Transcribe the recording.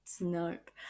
Nope